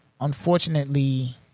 unfortunately